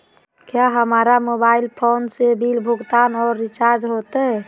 क्या हमारा mobile phone से बिल भुगतान और रिचार्ज होते?